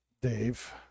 dave